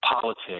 politics